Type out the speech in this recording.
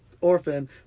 Orphan